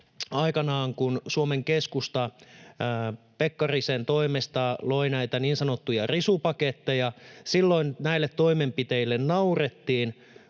aikanaan, kun Suomen Keskusta loi Pekkarisen toimesta näitä niin sanottuja risupaketteja, niin silloin näille toimenpiteille naurettiin